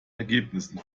ergebnissen